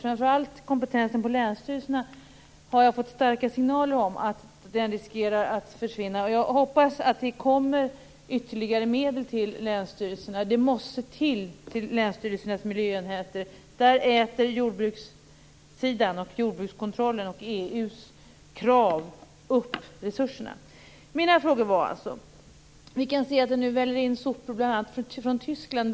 Framför allt har jag fått starka signaler om att kompetensen på länsstyrelserna riskerar att försvinna. Jag hoppas att det kommer ytterligare medel till länsstyrelserna. Det måste till medel på länsstyrelsernas miljöenheter. Där äter jordbrukssidan, jordbrukskontrollen och EU:s krav upp resurserna. Mina frågor var alltså dessa: Vi kan se att det nu väller in sopor från bl.a. Tyskland.